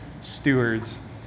stewards